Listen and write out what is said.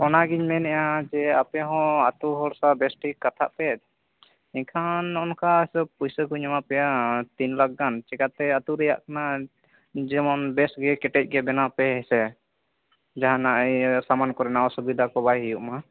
ᱚᱱᱟ ᱜᱤᱧ ᱢᱮᱱᱮᱫᱼᱟ ᱡᱮ ᱟᱯᱮᱦᱚᱸ ᱟᱹᱛᱩᱦᱚᱲ ᱥᱟᱶ ᱵᱮᱥᱴᱷᱤᱠ ᱠᱟᱛᱷᱟ ᱯᱮ ᱮᱱᱠᱷᱟᱱ ᱚᱱᱠᱟ ᱦᱤᱥᱟᱹᱵᱽ ᱯᱩᱭᱥᱟᱹ ᱠᱩᱧ ᱮᱢᱟ ᱯᱮᱭᱟ ᱛᱤᱱ ᱞᱟᱠᱷ ᱜᱟᱱ ᱪᱤᱠᱟᱹᱛᱮ ᱟᱹᱛᱩ ᱨᱮᱭᱟ ᱠᱟᱱᱟ ᱡᱮᱢᱚᱱ ᱵᱮᱥ ᱜᱮ ᱠᱮᱴᱮᱡᱽ ᱜᱮ ᱵᱮᱱᱟᱣ ᱯᱮ ᱦᱮᱸᱥᱮ ᱡᱟᱦᱟᱱᱟᱜ ᱤᱭᱟᱹ ᱥᱟᱢᱟᱱ ᱠᱚᱨᱮᱱᱟᱜ ᱚᱥᱩᱵᱤᱫᱷᱟ ᱠᱚ ᱵᱟᱭ ᱦᱩᱭᱩᱜ ᱢᱟ